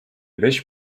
beş